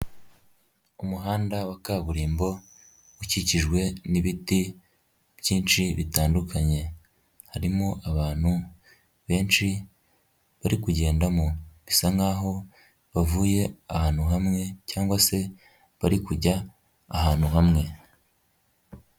Umuhanda wa kaburimbo ukikijwe n'ibiti byinshi bitandukanye, harimo abantu benshi bari kugendamo bisa nkaho bavuye ahantu hamwe, cyangwa se bari kujya ahantu hamwe.